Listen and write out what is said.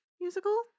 musical